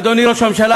אדוני ראש הממשלה,